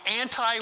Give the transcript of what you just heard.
anti